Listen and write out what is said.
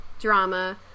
drama